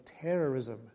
terrorism